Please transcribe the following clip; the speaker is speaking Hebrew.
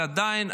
ועדיין,